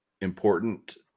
important